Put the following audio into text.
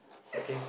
okay